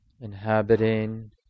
Inhabiting